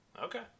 Okay